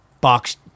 box